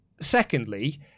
secondly